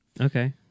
Okay